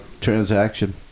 transaction